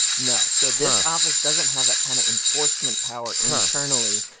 no. so this office doesn't have that kind of enforcement power internally.